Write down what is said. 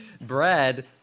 brad